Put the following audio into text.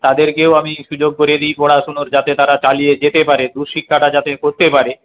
তাদেরকেও আমি সুযোগ করে দিই পড়াশোনার যাতে তারা চালিয়ে যেতে পারে দূর শিক্ষাটা যাতে করতে পারে